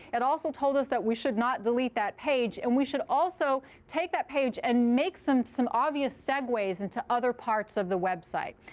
it also told us that we should not delete that page. and we should also take that page and make some some obvious segues into other parts of the website.